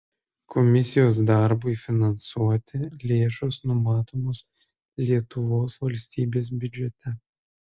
komisijos darbui finansuoti lėšos numatomos lietuvos valstybės biudžete